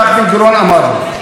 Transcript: כך בן-גוריון אמר לו,